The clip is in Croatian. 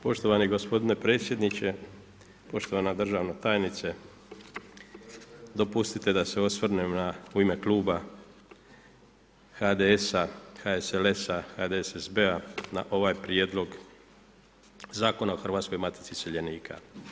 Poštovani gospodine predsjedniče, poštovana državna tajnice, dopustite da se osvrnem u ime kluba HDS-a, HSLS-a, HDSSB-a na ovaj Prijedlog zakona o Hrvatskoj matici iseljenika.